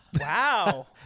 Wow